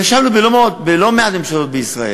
וישבנו בלא מעט ממשלות בישראל.